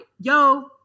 yo